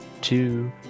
two